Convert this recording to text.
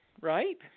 right